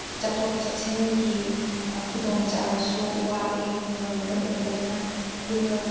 ꯆꯠꯊꯣꯛ ꯆꯠꯁꯤꯟꯒꯤ ꯈꯨꯗꯣꯡ ꯆꯥꯕꯁꯨ ꯋꯥꯠꯂꯦ ꯈꯨꯡꯒꯪꯗ ꯑꯣꯏꯕꯅ ꯑꯗꯨꯒ